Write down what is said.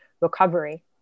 recovery